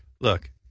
look